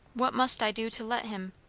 what must i do to let him?